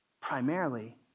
primarily